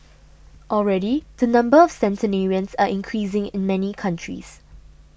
already the number of centenarians are increasing in many countries